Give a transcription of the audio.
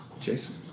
Jason